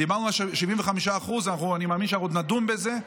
דיברנו על 75%, אני מאמין שעוד נדון בזה.